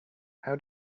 how